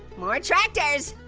more tractors.